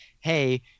hey